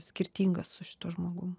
skirtingas su šituo žmogum